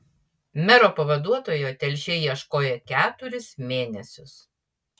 mero pavaduotojo telšiai ieškojo keturis mėnesius